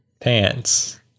pants